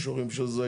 אישורים של זה,